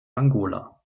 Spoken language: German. angola